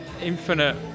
infinite